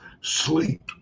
sleep